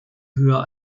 höher